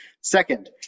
Second